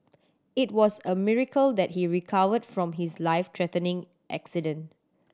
it was a miracle that he recovered from his life threatening accident